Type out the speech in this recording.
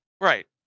Right